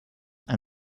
and